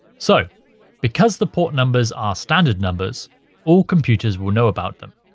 so because the port numbers are standard numbers all computers will know about them.